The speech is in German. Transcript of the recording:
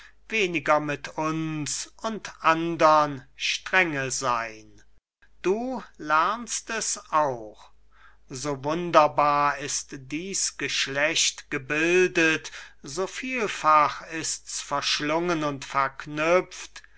weniger mit uns und andern strenge sein du lernst es auch so wunderbar ist dieß geschlecht gebildet so vielfach ist's verschlungen und verknüpft